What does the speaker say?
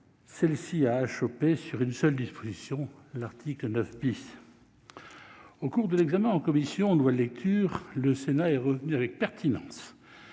Celle-ci a achoppé sur une seule disposition : l'article 9 . Au cours de l'examen du texte en commission en nouvelle lecture, le Sénat est revenu avec pertinence